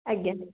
ଆଜ୍ଞା